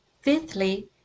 Fifthly